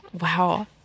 Wow